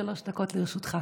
שלוש דקות לרשותך.